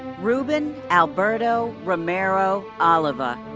ruben alberto romero oliva.